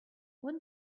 what